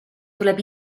tuleb